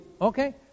Okay